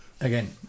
again